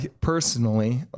personally